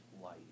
light